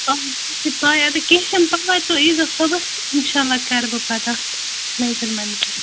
آ پاے اَدٕ کیٚنٛہہ چھُنہٕ پرواے تُہۍ اِیزیٚو صُبحس تہٕ اِنشاءاللہ کَرٕ بہٕ پَتہٕ اَتھ میجرمیٚنٹ